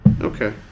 okay